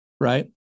right